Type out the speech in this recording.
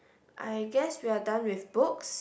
I guess we're done with books